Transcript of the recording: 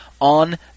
on